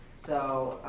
so,